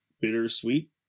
bittersweet